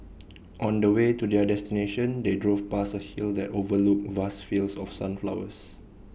on the way to their destination they drove past A hill that overlooked vast fields of sunflowers